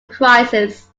crisis